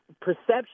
perception